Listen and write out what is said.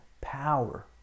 power